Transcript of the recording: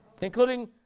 including